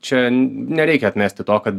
čia nereikia atmesti to kad